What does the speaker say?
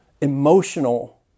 emotional